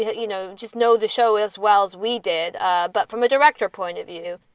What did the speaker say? you know, just know the show as well as we did ah but from a director point of view,